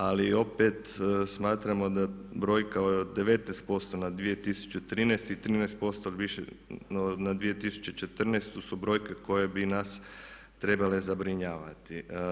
Ali opet smatramo da brojka od 19% na 2013. i 13% na 2014. su brojke koje bi nas trebale zabrinjavati.